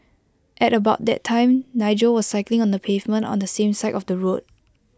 at about that time Nigel was cycling on the pavement on the same side of the road